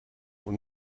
und